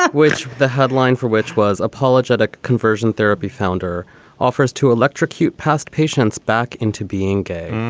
ah which the headline for which was apologetic conversion therapy founder offers to electrocute past patients back into being gay.